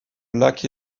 lac